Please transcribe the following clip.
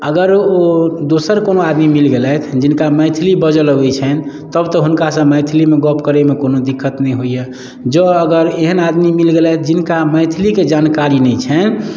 अगर ओ दोसर कोनो आदमी मिल गेलथि जिनका मैथिली बाजलए आबै छनि तब तऽ हुनका सऽ मैथिलीमे गप्प करैमे कोनो दिक्कत नहि होइया जँ अगर एहन आदमी मिल गेलथि जिनका मैथिलीके जानकारी नहि छनि